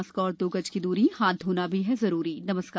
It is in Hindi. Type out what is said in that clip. मास्क और दो गज की दूरी हाथ धोना भी है जरुरी नमस्कार